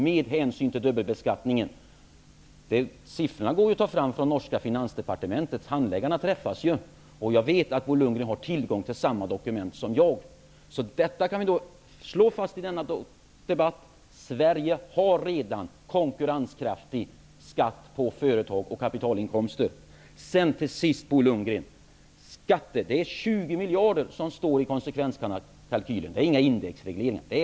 Det går att få fram siffrorna från norska Finansdepartementets handläggare, och jag vet att Bo Lundgren har tillgång till samma dokument som jag. Vi kan i denna debatt slå fast att Sverige redan har konkurrenskraftig skatt på företagsvinster och kapitalinkomster. Slutligen, Bo Lundgren, de 20 miljarder som nämns i konsekvenskalkylen gäller inga indexregleringar.